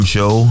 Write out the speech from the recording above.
Show